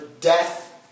death